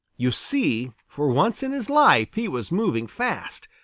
you see, for once in his life he was moving fast,